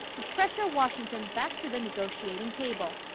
to pressure washington back to the negotiating table.